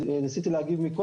ניסיתי להגיב,